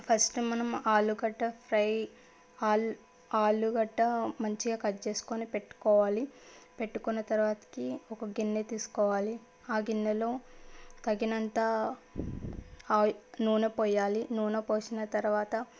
first మనం ఆలు గడ్డ ఫ్రై ఆలు ఆలుగడ్డ మంచిగా కట్ చేసుకొని పెట్టుకోవాలి పెట్టుకున్న తరువాతకి ఒక గిన్నె తీసుకోవాలి ఆ గిన్నెలో తగినంత ఆయిల్ నూనె పోయాలి నూనె పోసిన తరువాత